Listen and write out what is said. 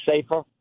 safer